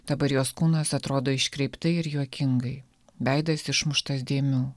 dabar jos kūnas atrodo iškreiptai ir juokingai veidas išmuštas dėmių